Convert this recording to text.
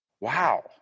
Wow